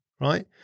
right